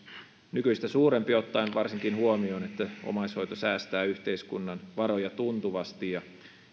nykyistä suurempi ottaen huomioon varsinkin sen että omaishoito säästää yhteiskunnan varoja tuntuvasti